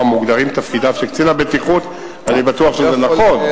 מוגדרים תפקידיו של קצין הבטיחות" אני בטוח שזה נכון.